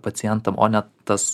pacientam o ne tas